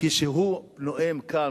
כשהוא נואם כאן,